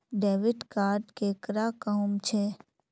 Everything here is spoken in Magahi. डेबिट कार्ड केकरा कहुम छे?